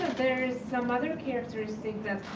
there is some other characters think that